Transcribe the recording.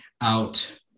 out